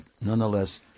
nonetheless